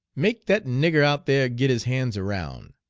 make that nigger out there get his hands around,